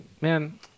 Man